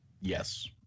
Yes